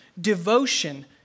Devotion